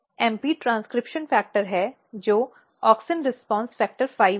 MP transcription factor है जो auxin response factor 5 है